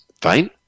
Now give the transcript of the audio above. fine